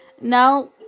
Now